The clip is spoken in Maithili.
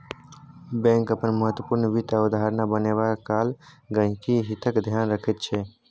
बैंक अपन महत्वपूर्ण वित्त अवधारणा बनेबा काल गहिंकीक हितक ध्यान रखैत छै